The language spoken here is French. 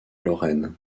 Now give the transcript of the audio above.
lorraine